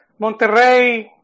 Monterrey